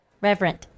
Reverend